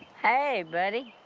hey buddy.